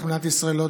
שהדבר הזה לא